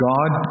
God